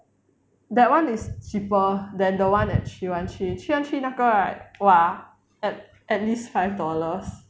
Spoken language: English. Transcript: that one is cheaper than the one at three one three three one three 那个 right !wah! at at least five dollars